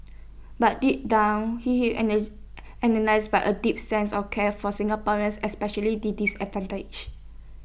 but deep down he is energised by A deep sense of care for Singaporeans especially the disadvantaged